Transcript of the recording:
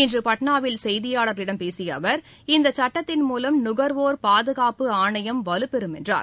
இன்று பாட்னாவில் செய்தியாளர்களிடம் பேசிய அவர் இந்த சட்டத்தின் மூலம் நுகர்வோர் பாதுகாப்பு ஆணையம் வலுப்பெறும் என்றார்